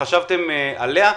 חשבתם עליה?